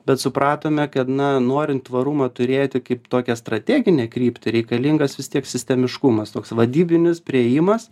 bet supratome kad na norint tvarumą turėti kaip tokią strateginę kryptį reikalingas vis tiek sistemiškumas toks vadybinis priėjimas